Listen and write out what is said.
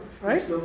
right